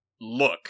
Look